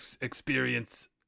experience